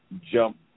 jump